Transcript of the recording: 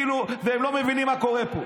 והם לא מבינים מה קורה פה.